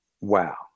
wow